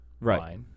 Right